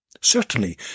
Certainly